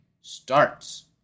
starts